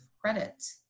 credit